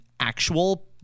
actual